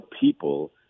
people